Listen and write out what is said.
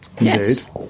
Yes